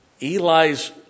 Eli's